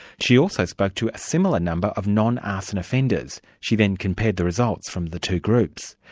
she also spoke to a similar number of non-arson offenders she then compared the results from the two groups.